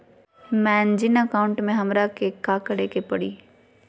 मैंने जिन अकाउंट में हमरा के काकड़ के परी?